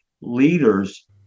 leaders